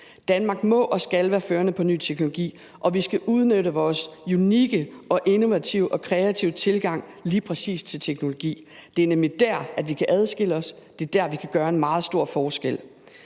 Danmark må og skal være førende på ny teknologi, og vi skal udnytte vores unikke og innovative og kreative tilgang til lige præcis teknologi, for det er nemlig der, vi kan adskille os, det er der, vi kan gøre en meget stor forskel.